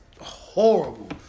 horrible